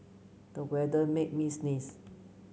the weather made me sneeze